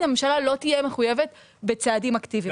הממשלה לא תהיה מחויבת בצעדים אקטיביים.